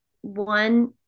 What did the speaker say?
one